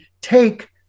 take